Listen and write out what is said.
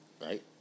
Right